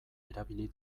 erabili